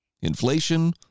inflation